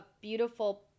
beautiful